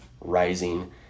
Rising